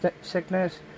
sickness